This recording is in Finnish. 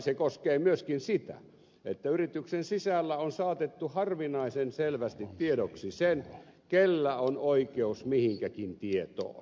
se koskee myöskin sitä että yrityksen sisällä on saatettu harvinaisen selvästi tiedoksi se kenellä on oikeus mihinkäkin tietoon